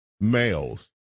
Males